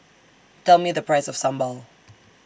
Tell Me The Price of Sambal